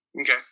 Okay